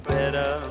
better